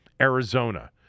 Arizona